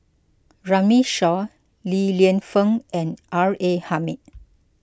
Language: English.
Runme Shaw Li Lienfung and R A Hamid